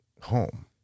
home